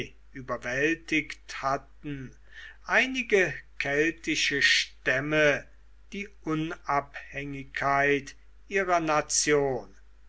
überwältigt hatten einige keltische stämme die unabhängigkeit ihrer nation